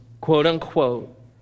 quote-unquote